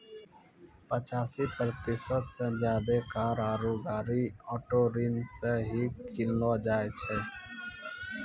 पचासी प्रतिशत से ज्यादे कार आरु गाड़ी ऑटो ऋणो से ही किनलो जाय छै